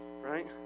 right